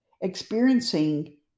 experiencing